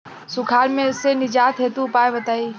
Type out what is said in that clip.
सुखार से निजात हेतु उपाय बताई?